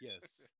yes